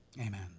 Amen